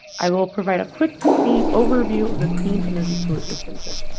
i will provide a quick clean overview of the clean energy solutions center.